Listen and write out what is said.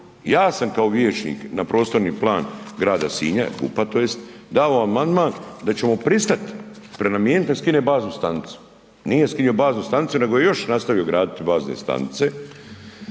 ja sam kao vijećnik na Prostorni plan Grada Sinja, GUP-a to jest, dao amandman da ćemo pristat prenamijeniti, da skine baznu stanicu, nije skinuo baznu stanicu, nego je još nastavio graditi bazne stanice,